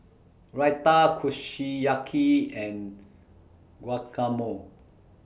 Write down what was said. Raita Kushiyaki and Guacamole